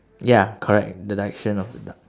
ya correct the direction of the duck